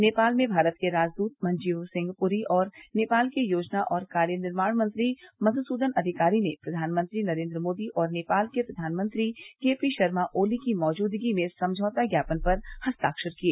नेपाल में भारत के राजदूत मंजीव सिंह पुरी और नेपाल के योजना और कार्य निर्माण मंत्री मधुसुदन अधिकारी ने प्रधानमंत्री नरेन्द्र मोदी और नेपाल के प्रधानमंत्री के पी शर्मा ओली की मौजूदगी में समझौता झापन पर हस्ताक्षर किए